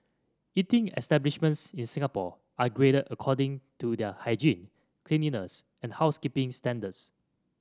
eating establishments in Singapore are graded according to their hygiene cleanliness and housekeeping standards